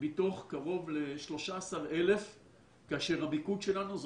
מתוך קרוב ל-13,000 כאשר המיקוד שלנו זה